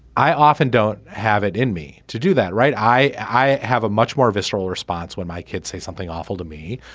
i often don't have it in me to do that right. i i have a much more visceral response when my kids say something awful to me.